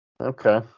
okay